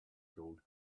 gold